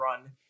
run